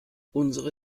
unsere